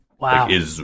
Wow